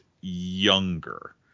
younger